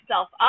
up